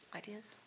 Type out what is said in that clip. ideas